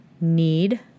need